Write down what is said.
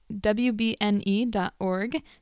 wbne.org